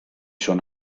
schon